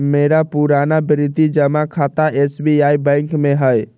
मेरा पुरनावृति जमा खता एस.बी.आई बैंक में हइ